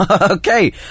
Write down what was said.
Okay